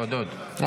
אנחנו מקשיבים לך,